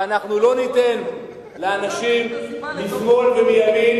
ואנחנו לא ניתן לאנשים משמאל ומימין,